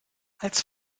als